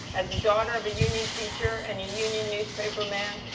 as a daughter of a union teacher and a union newspaper man,